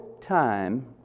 time